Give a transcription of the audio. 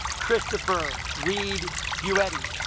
christopher read view eddie